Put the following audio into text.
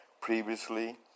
Previously